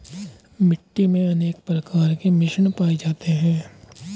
मिट्टी मे अनेक प्रकार के मिश्रण पाये जाते है